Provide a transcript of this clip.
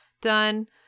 done